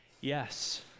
yes